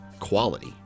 quality